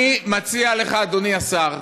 אני מציע לך, אדוני השר,